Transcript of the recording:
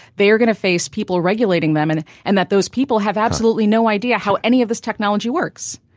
they are going to face people regulating them and and that those people have absolutely no idea how any of this technology works.